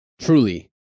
truly